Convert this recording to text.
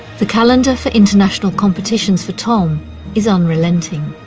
the calendar for international competitions for tom is unrelenting.